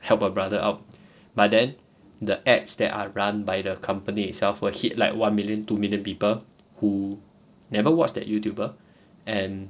help a brother out but then the ads that are run by the company itself will hit like one million two million people who never watch that youtuber and